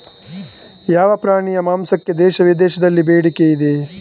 ಯಾವ ಪ್ರಾಣಿಯ ಮಾಂಸಕ್ಕೆ ದೇಶದಲ್ಲಿ ವಿದೇಶದಲ್ಲಿ ಬೇಡಿಕೆ ಇದೆ?